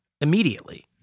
immediately